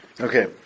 Okay